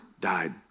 died